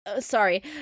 Sorry